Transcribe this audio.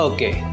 Okay